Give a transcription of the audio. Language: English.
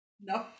No